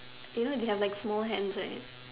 you know they have like small hands right